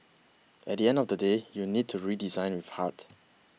at the end of the day you need to redesign with heart